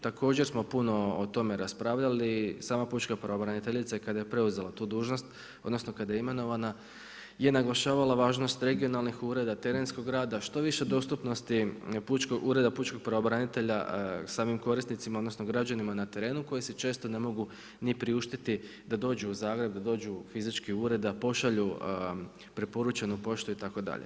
Također smo puno o tome raspravljali i sama pučka pravobraniteljica kada je preuzela tu dužnost odnosno kada je imenovana je naglašavala važnost regionalnih ureda, terenskog rada što više dostupnosti Ureda pučkog pravobranitelja samim korisnicima odnosno građanima na terenu koji se često ne mogu niti priuštiti da dođu u Zagreb, da dođu fizički u ured da pošalju preporučenu poštu itd.